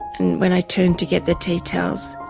and when i turned to get the tea towels,